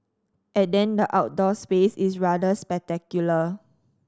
and then the outdoor space is rather spectacular